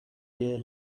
beer